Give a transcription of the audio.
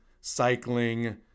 cycling